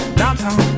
downtown